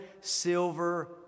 silver